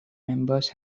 members